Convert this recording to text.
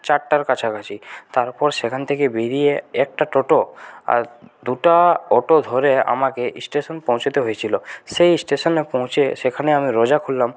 চারটের কাছাকাছি তারপর সেখান থেকে বেরিয়ে একটা টোটো আর দুটো অটো ধরে আমাকে স্টেশন পৌঁছাতে হয়েছিল সেই স্টেশনে পৌঁছে সেখানে আমি রোজা খুললাম